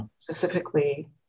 Specifically